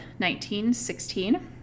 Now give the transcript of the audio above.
1916